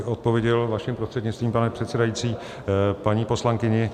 Odpověděl bych, vaším prostřednictvím, pane předsedající, paní poslankyni.